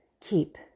keep